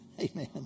Amen